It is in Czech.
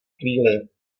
chvíli